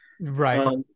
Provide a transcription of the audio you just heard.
Right